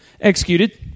Executed